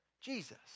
Jesus